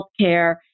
healthcare